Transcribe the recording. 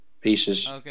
pieces